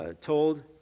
told